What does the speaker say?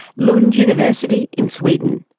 lund university, in sweden.